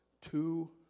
two